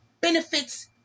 benefits